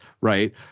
right